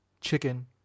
chicken